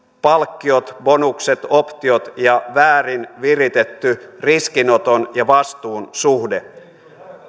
palkkiot bonukset optiot ja väärin viritetty riskinoton ja vastuun suhde